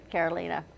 Carolina